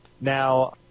Now